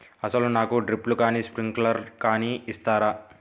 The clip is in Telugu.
అసలు నాకు డ్రిప్లు కానీ స్ప్రింక్లర్ కానీ ఇస్తారా?